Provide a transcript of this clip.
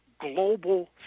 global